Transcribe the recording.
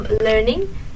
learning